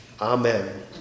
amen